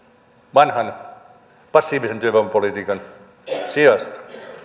vanhan passiivisen työvoimapolitiikan sijasta